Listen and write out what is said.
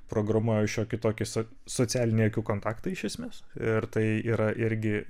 programuoja šiokį tokį so socialinį akių kontaktą iš esmes ir tai yra irgi